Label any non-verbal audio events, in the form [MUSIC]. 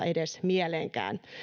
[UNINTELLIGIBLE] edes mieleenkään